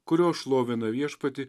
kurios šlovina viešpatį